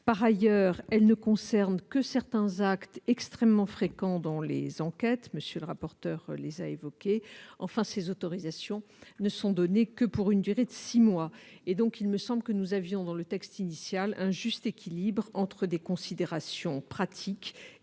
En outre, elles ne concernent que certains actes extrêmement fréquents dans les enquêtes ; M. le rapporteur les a évoquées. Enfin, les autorisations ne sont accordées que pour une durée de six mois. Il me semble que le texte initial présente un juste équilibre entre des considérations pratiques